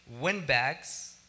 windbags